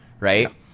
right